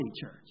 church